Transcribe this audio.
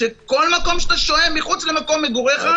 שכל מקום שאתה שוהה מחוץ למקום מגוריך,